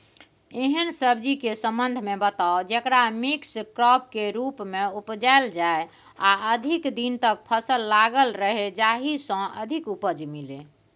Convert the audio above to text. एहन सब्जी के संबंध मे बताऊ जेकरा मिक्स क्रॉप के रूप मे उपजायल जाय आ अधिक दिन तक फसल लागल रहे जाहि स अधिक उपज मिले?